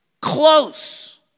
close